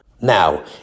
Now